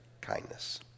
kindness